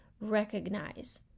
recognize